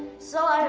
so,